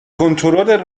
کنترل